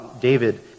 David